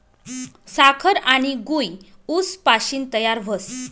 साखर आनी गूय ऊस पाशीन तयार व्हस